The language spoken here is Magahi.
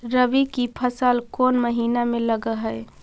रबी की फसल कोन महिना में लग है?